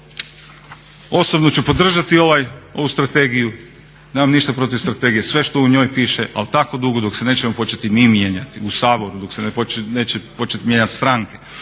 Osobno ću podržati ovu strategiju, nemam ništa protiv strategije. Sve što u njoj piše, ali tako dugo dok se nećemo početi mi mijenjati u Saboru, dok se neće početi mijenjati stranke,